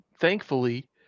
thankfully